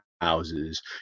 houses